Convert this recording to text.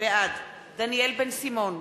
בעד דניאל בן-סימון,